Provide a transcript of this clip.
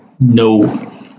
No